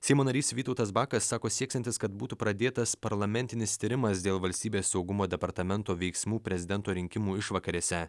seimo narys vytautas bakas sako sieksiantis kad būtų pradėtas parlamentinis tyrimas dėl valstybės saugumo departamento veiksmų prezidento rinkimų išvakarėse